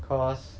cause